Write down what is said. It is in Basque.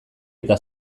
eta